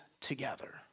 together